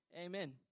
Amen